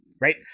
Right